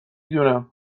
دونم